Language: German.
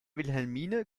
wilhelmine